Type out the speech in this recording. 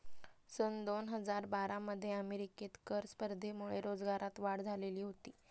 सन दोन हजार बारा मध्ये अमेरिकेत कर स्पर्धेमुळे रोजगारात वाढ झालेली होती